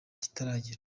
kitaragera